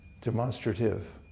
demonstrative